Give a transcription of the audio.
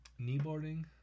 kneeboarding